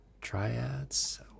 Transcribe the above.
triads